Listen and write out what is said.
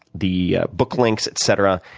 the book links, etc,